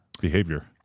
behavior